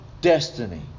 destiny